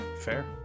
fair